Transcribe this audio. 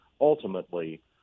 ultimately